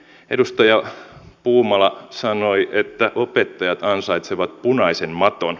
edustaja puumala sanoi että opettajat ansaitsevat punaisen maton